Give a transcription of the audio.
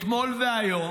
אתמול והיום